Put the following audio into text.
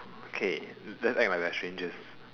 okay let's act like we are strangers